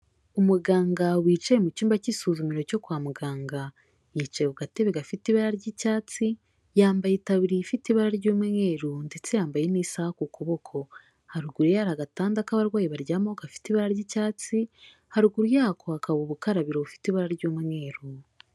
Umuganga wicaye mu cyumba cy'isuzumiro cyo kwa muganga, yicaye ku gatebe gafite ibara ry'icyatsi, yambaye itaburiya ifite ibara ry'umweru, ndetse yambaye n'isaha ku kuboko, haruguru ye hari agatanda k'abarwayi, baryamo gafite ibara ry'icyatsi, haruguru yako hakaba ubukarabiro bufite ibara ry'umweru.